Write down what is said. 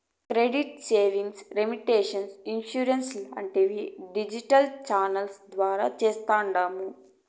credit savings, remittance, insurance లాంటివి digital ఛానెల్ల ద్వారా చేస్తాండాము